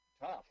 tough